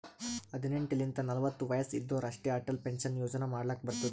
ಹದಿನೆಂಟ್ ಲಿಂತ ನಲ್ವತ ವಯಸ್ಸ್ ಇದ್ದೋರ್ ಅಷ್ಟೇ ಅಟಲ್ ಪೆನ್ಷನ್ ಯೋಜನಾ ಮಾಡ್ಲಕ್ ಬರ್ತುದ್